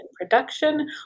production